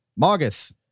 Margus